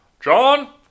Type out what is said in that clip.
John